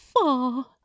far